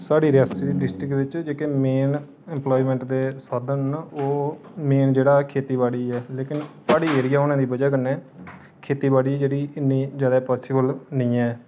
साढ़ी रियासी ड़िस्ट्रक्ट च जेह्के मेन इम्पलायमैंट दे साधन न ओह् मेन जेह्ड़ा ऐ खेती बाड़ी ऐ लेकिन प्हाड़ी एरिया होने दे कारण खेती बाड़ी जेह्ड़ी इन्नी पाॅसिबल नेईं ऐ